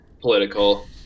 political